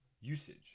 usage